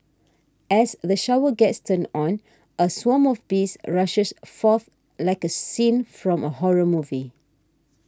as the shower gets turned on a swarm of bees rushes forth like a scene from a horror movie